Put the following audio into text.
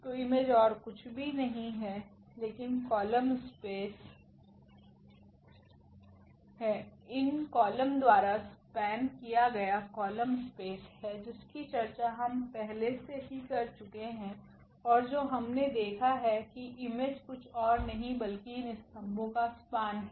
तो इमेज ओर कुछ भी नहीं है लेकिन कॉलम स्पेस है इन कॉलम द्वारा स्पेन किया गया कॉलम स्पेस है जिसकी चर्चा हम पहले से ही कर चुके है और जो हमने देखा है कि इमेज कुछ और नहीं बल्कि इन स्तंभों का स्पेन है